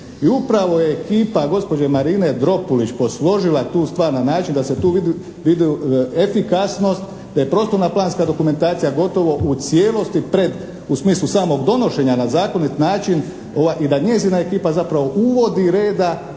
I upravo je ekipa gospođe Marine Dropulić posložila tu stvar na način da se tu vidi efikasnost, da je prostorna planska dokumentacija gotovo u cijelosti pred, u smislu samog donošenja na zakonit način, i da njezina ekipa zapravo uvodi reda